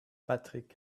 patrick